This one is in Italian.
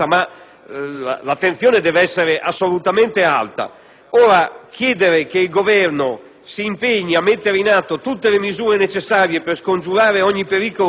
in sostanza, che il Governo si impegni «a mettere in atto tutte le misure necessarie per scongiurare ogni pericolo di infiltrazione criminale», a dare